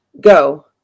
Go